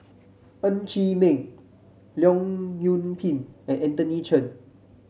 Ng Chee Meng Leong Yoon Pin and Anthony Chen